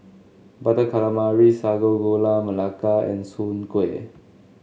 Butter Calamari Sago Gula Melaka and Soon Kueh